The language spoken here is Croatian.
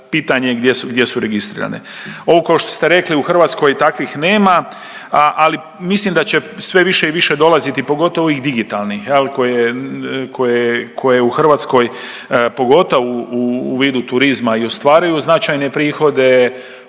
je gdje su, gdje su registrirane. Ovo košto ste rekli u Hrvatskoj takvih nema, a, ali mislim da će sve više i više dolaziti, pogotovo ovih digitalnih jel koje, koje, koje u Hrvatskoj, pogotovo u vidu turizma i ostvaruju značajne prihode,